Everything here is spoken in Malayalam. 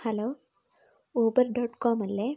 ഹലോ ഊബർ ഡോട്ട് കോം അല്ലേ